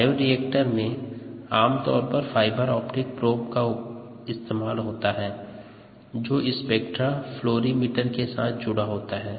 bioreactor में आमतौर fibre optic probe का इस्तेमाल होता है जो स्पेक्ट्रा फ्लोरीमीटर के साथ जुड़ा होता है